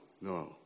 No